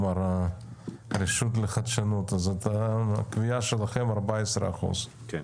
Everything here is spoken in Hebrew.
אז הקביעה שלכם היא 14%. כן.